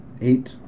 Eight